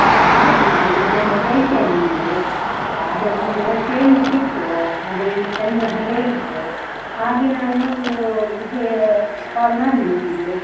ಹಾಂ ಆಯ್ತು ಮೇಡಮ್ ನಾನೆಂದರೆ ಹೇಳ್ತೇನೆ ನಿಮಗೆ ಅದು ನನಗೆ ಕೇಳಲಿಕ್ಕೆ ಇತ್ತು ಹಾಗೆಯೇ ನನ್ನ ಫ್ರೆಂಡ್ ಒಬ್ಬರು ಹೇಳಿದರು ಹಾಗೆ ನಾನು ನಿಮಗೆ ಕಾಲ್ ಮಾಡಿದೆ ನಿಮಗೆ